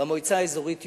במועצה האזורית יואב.